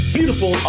Beautiful